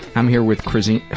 i'm here with chrazine